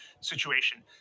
situation